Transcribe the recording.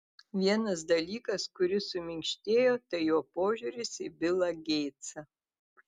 vienas dalykas kuris suminkštėjo tai jo požiūris į bilą geitsą